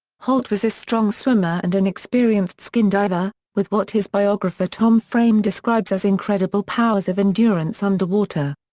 holt was a strong swimmer and an experienced skindiver, with what his biographer tom frame describes as incredible powers of endurance underwater.